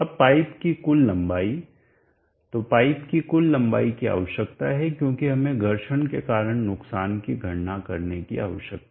अब पाइप की कुल लंबाई तो पाइप की कुल लंबाई की आवश्यकता है क्योंकि हमें घर्षण के कारण नुकसान की गणना करने की आवश्यकता है